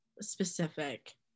specific